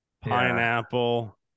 pineapple